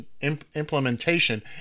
implementation